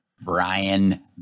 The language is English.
Brian